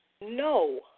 No